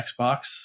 Xbox